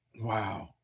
Wow